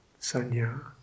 Sanya